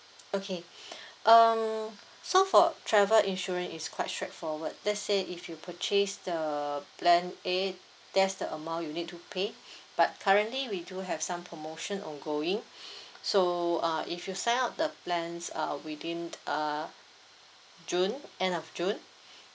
okay um so for travel insurance it's quite straightforward let's say if you purchase the plan A that's the amount you need to pay but currently we do have some promotion ongoing so uh if you sign up the plans uh within uh june end of june